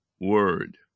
word